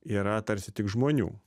yra tarsi tik žmonių